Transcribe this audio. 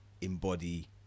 embody